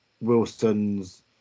Wilson's